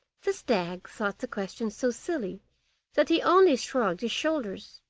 the stag thought the question so silly that he only shrugged his shoulders.